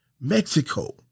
Mexico